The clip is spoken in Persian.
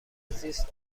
زیست